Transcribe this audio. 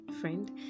friend